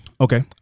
Okay